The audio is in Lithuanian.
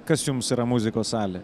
kas jums yra muzikos salė